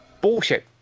bullshit